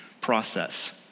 process